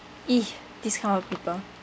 !ee! this kind of people